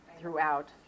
throughout